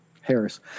Harris